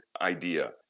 idea